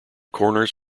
corners